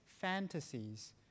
fantasies